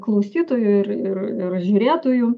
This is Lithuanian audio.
klausytojų ir ir ir žiūrėtojų